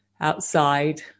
outside